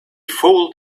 fold